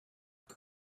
but